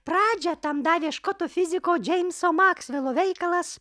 pradžią tam davė škotų fiziko džeimso maksvelo veikalas